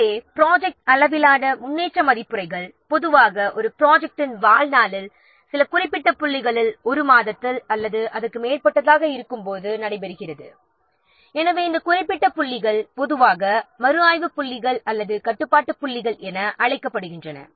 எனவே ப்ராஜெக்ட் அளவிலான முன்னேற்ற மதிப்புரைகள் பொதுவாக ஒரு ப்ராஜெக்ட் டின் வாழ்நாளில் சில குறிப்பிட்ட புள்ளிகளில் ஒரு மாதத்தில் அல்லது அதற்கு மேற்பட்டதாக இருக்கும்போது நடைபெறுகிறது எனவே இந்த குறிப்பிட்ட புள்ளிகள் பொதுவாக மறுஆய்வு புள்ளிகள் அல்லது கட்டுப்பாட்டு புள்ளிகள் என அழைக்கப்படுகின்றன